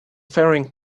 faring